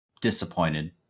disappointed